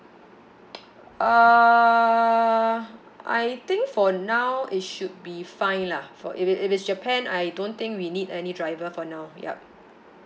err I think for now it should be fine lah for if it is japan I don't think we need any driver for now yup